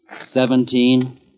Seventeen